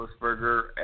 Roethlisberger